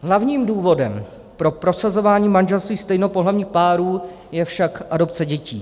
Hlavním důvodem pro prosazování manželství stejnopohlavních párů je však adopce dětí.